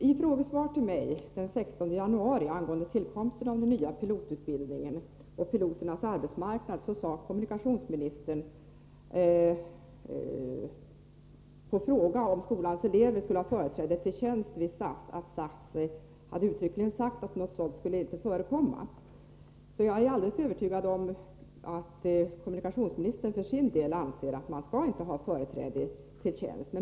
I en frågedebatt med mig den 16 januari angående tillkomsten av den nya pilotutbildningen och piloternas arbetsmarknad framhöll kommunikationsministern, som svar på en fråga om skolans elever skulle ha företräde till tjänst vid SAS, att SAS uttryckligen hade sagt att något sådant inte skulle förekomma. Jag är därför alldeles övertygad om att kommunikationsminis tern för sin del anser att skolans elever inte skall ha företräde till tjänst.